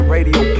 Radio